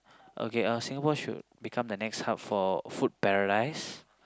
okay uh Singapore should become the next hub for food paradise